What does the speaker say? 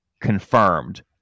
confirmed